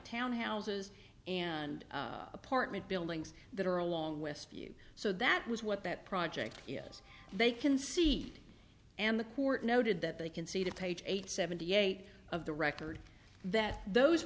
town houses and apartment buildings that are along with view so that was what that project is they can see and the court noted that they can see that page eight seventy eight of the record that those